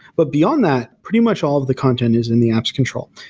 but beyond that, pretty much all of the content is in the app's control.